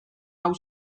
hau